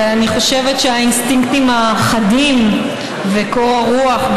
ואני חושבת שהאינסטינקטים החדים וקור הרוח,